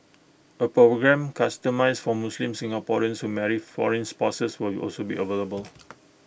A programme customised for Muslim Singaporeans who marry foreign spouses will also be available